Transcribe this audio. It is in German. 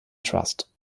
trust